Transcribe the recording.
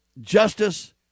justice